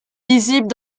visible